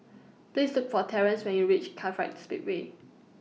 Please Look For Terence when YOU REACH Kartright Speedway